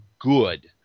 good